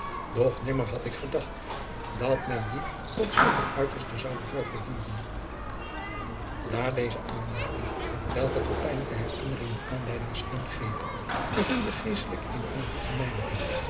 doch nimmer had ik gedacht dat men die tot zulk een uiterste zoude durven voeren na deze aanmerking welke tot pijnlijke herinneringen aanleiding scheen te geven verviel de geestelijke in eene diepe